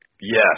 Yes